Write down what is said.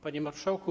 Panie Marszałku!